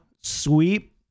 sweep